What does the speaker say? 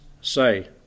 say